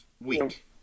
week